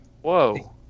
Whoa